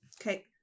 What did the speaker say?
Okay